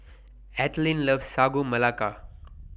Ethelene loves Sagu Melaka